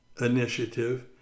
initiative